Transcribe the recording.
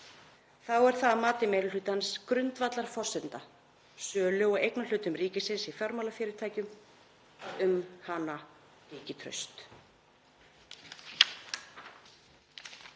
Þá er það að mati meiri hlutans grundvallarforsenda sölu á eignarhlutum ríkisins í fjármálafyrirtækjum að um hana ríki traust.